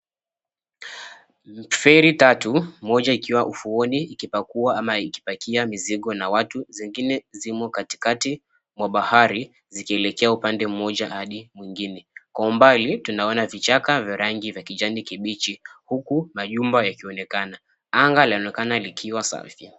Feri tatu, moja ikiwa ufuoni ikipakia au ikipakua mizigo na watu, zingine zimo katikati mwa bahari zikielekea upande mmoja hadi mwingine, kwa umbali tunaona vichaka vya rangi ya kijani kibichi huku majumba yakionekana. Anga linaonekana likiwa safi